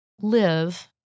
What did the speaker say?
live